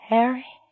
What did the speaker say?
Harry